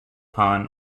han